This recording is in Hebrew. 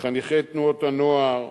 חניכי תנועות הנוער,